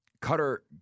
Cutter